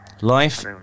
Life